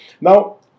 now